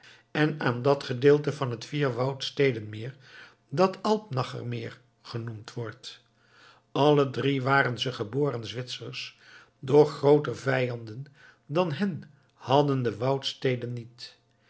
en aan dat gedeelte van het vier woudsteden meer dat alpnacher meer genoemd wordt alle drie waren ze geboren zwitsers doch grooter vijanden dan hen hadden de woudsteden niet